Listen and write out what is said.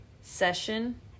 session